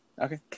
Okay